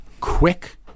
quick